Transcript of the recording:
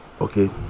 okay